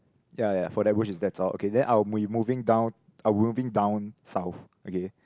ya ya for that bush is that's all okay I be moving down I'm moving down south okay